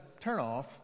turnoff